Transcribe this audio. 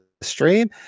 stream